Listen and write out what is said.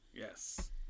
Yes